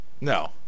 No